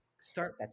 start